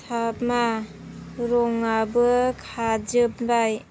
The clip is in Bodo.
साबा रङाबो खारजोबबाय